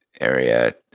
area